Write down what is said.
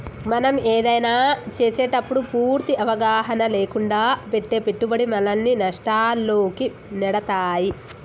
మనం ఏదైనా చేసేటప్పుడు పూర్తి అవగాహన లేకుండా పెట్టే పెట్టుబడి మనల్ని నష్టాల్లోకి నెడతాయి